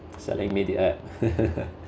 selling me the app